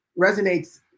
resonates